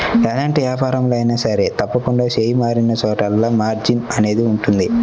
ఎలాంటి వ్యాపారంలో అయినా సరే తప్పకుండా చెయ్యి మారినచోటల్లా మార్జిన్ అనేది ఉంటది